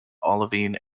olivine